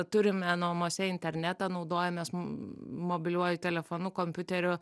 turime namuose internetą naudojamės mobiliuoju telefonu kompiuteriu